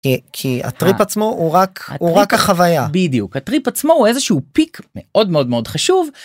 כי הטריפ עצמו הוא רק הוא רק החוויה בדיוק הטריפ עצמו הוא איזה שהוא פיק מאוד מאוד מאוד חשוב.